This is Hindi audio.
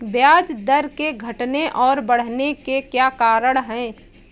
ब्याज दर के घटने और बढ़ने के क्या कारण हैं?